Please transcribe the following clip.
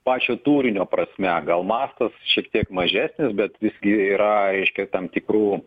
pačio turinio prasme gal mastas šiek tiek mažesnis bet visgi yra reiškia tam tikrų